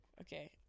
Okay